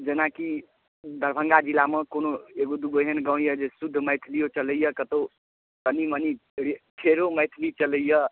जेनाकि दरभंगा जिलामे कोनो एगो दूगो एहन गाम यए जे शुद्ध मैथलिओ चलैए कतहु कनी मनी फेरो मैथिली चलैए